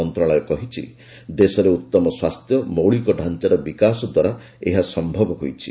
ମନ୍ତ୍ରଣାଳୟ କହିଛି ଦେଶରେ ଉତ୍ତମ ସ୍ୱାସ୍ଥ୍ୟ ମୌଳିକ ଢ଼ାଞ୍ଚାର ବିକାଶ ଦ୍ୱାରା ଏହା ସନ୍ତବ ହୋଇଛି